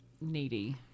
needy